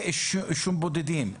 כתבי אישום בודדים.